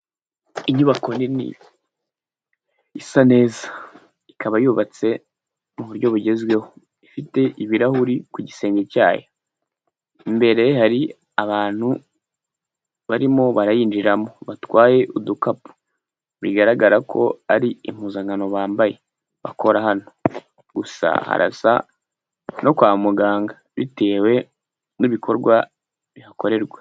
Inyubako nini isa neza ikaba yubatse mu buryo bugezweho, ifite ibirahuri ku gisenge cyayo, imbere hari abantu barimo barayinjiramo batwaye udukapu bigaragara ko ari impuzankano bambaye bakora hano, gusa harasa no kwa muganga bitewe n'ibikorwa bihakorerwa.